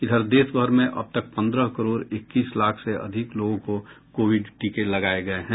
इधर देश भर में अब तक पन्द्रह करोड़ इक्कीस लाख से अधिक लोगों को कोविड टीके लगाये गये हैं